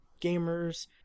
gamers